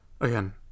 Again